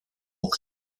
auch